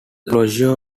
closure